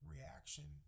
reaction